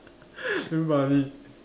damn funny